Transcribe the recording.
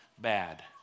bad